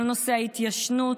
כל נושא ההתיישנות